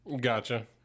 Gotcha